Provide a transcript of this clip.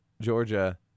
Georgia